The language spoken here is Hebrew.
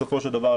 בסופו של דבר,